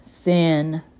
sin